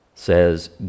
Says